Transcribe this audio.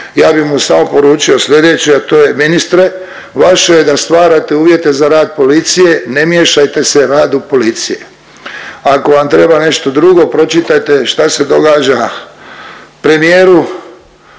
ja bi mu samo poručio sljedeće, a to je ministre vaše je da stvarate uvjete za rad policije ne miješajte se u rad policije. Ako vam treba nešto drugo pročitajte šta se događa premijeru